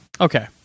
Okay